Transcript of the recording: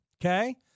Okay